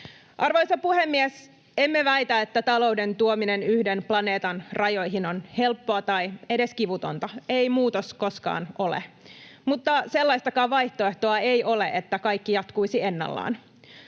Arvoisa puhemies! Emme väitä, että talouden tuominen yhden planeetan rajoihin on helppoa tai edes kivutonta. Ei muutos koskaan ole. Mutta sellaistakaan vaihtoehtoa ei ole, että kaikki jatkuisi ennallaan.